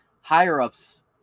Higher-ups